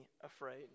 afraid